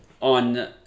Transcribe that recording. on